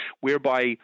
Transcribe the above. whereby